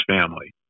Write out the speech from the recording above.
family